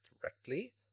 directly